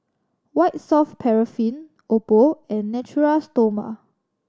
White Soft Paraffin Oppo and Natura Stoma